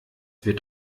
wird